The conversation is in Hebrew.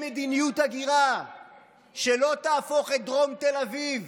מדיניות הגירה שלא תהפוך את דרום תל אביב